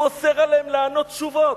הוא אוסר עליהם לענות תשובות.